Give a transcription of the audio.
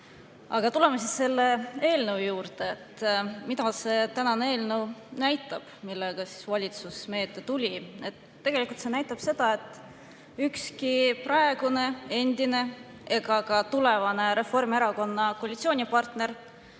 Aga tuleme selle eelnõu juurde. Mida see tänane eelnõu näitab, millega valitsus meie juurde tuli? Tegelikult see näitab seda, et ükski praegune, endine ega ka tulevane Reformierakonna koalitsioonipartner